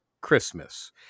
Christmas